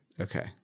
Okay